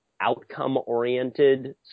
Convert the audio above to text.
outcome-oriented